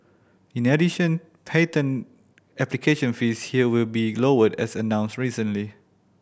in addition patent application fees here will be lowered as announced recently